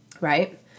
right